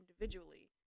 individually